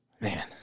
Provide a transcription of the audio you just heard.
Man